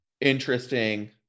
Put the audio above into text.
interesting